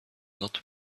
not